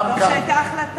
על זה אין לי תשובות.